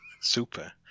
Super